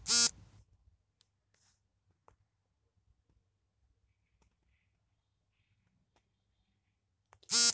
investment banking ಸರ್ವಿಸ್ನವರು ಗ್ರಾಹಕರಿಗೆ ಯಾವ ರೀತಿ ಹಣ ಹೂಡಿಕೆ ಮಾಡಬೇಕು ಅಂತ ಹೇಳಿಕೊಟ್ಟರು